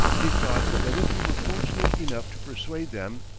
he thought that if he were fortunate enough to persuade them,